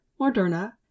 Moderna